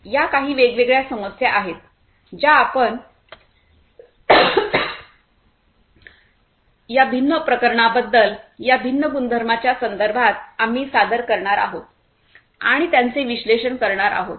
या काही वेगवेगळ्या समस्या आहेत ज्या आपण या भिन्न प्रकरणांबद्दल या भिन्न गुणधर्मांच्या संदर्भात आम्ही सादर करणार आहोत आणि त्यांचे विश्लेषण करणार आहोत